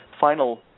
final